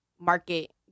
market